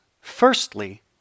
Firstly